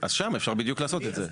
אז שם אפשר בדיוק לעשות את זה.